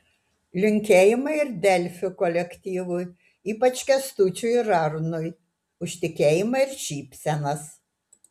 linkėjimai ir delfi kolektyvui ypač kęstučiui ir arnui už tikėjimą ir šypsenas